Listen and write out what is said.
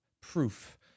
proof